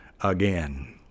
again